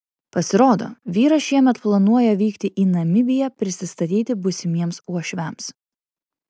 pasirodo vyras šiemet planuoja vykti į namibiją prisistatyti būsimiems uošviams